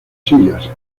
sillas